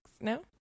no